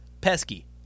Pesky